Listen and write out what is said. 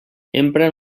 empren